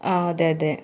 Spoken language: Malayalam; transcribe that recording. ആ അതെ അതെ